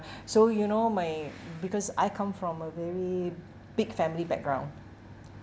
so you know my because I come from a very big family background